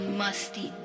musty